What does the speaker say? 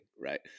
right